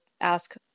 ask